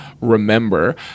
remember